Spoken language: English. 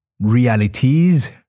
realities